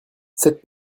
cette